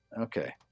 Okay